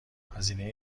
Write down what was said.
هزینه